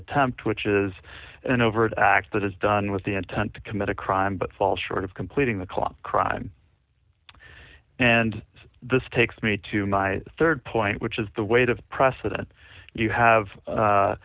attempt which is an overt act that is done with the intent to commit a crime but falls short of completing the clock crime and this takes me to my rd point which is the weight of precedent you have